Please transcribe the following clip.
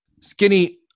Skinny